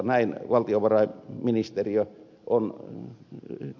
näin valtiovarainministeriö on tehnyt